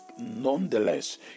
nonetheless